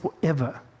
forever